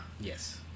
yes